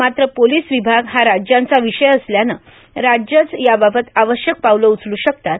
मात्र पोलीस विभाग हा राज्यांचा विषय असल्यानं राज्यंच याबाबत आवश्यक पावलं उचलू शकतात